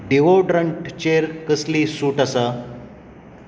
डिओड्रंटाचेर कसलीय सूट आसा